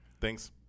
Thanks